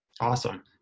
Awesome